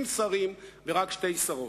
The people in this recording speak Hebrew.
30 שרים ורק שתי שרות.